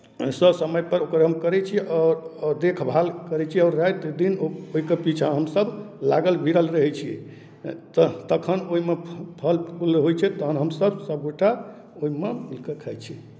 ससमयपर ओकर हम करै छी आओर आओर देखभाल करै छी आओर राति दिन ओहिके पीछा हमसभ लागल भिड़ल रहै छी तखन ओहिमे फ फल फूल होइ छै तखन हमसभ सभगोटा ओहिमे मिलि कऽ खाइ छी